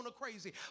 crazy